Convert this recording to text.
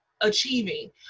achieving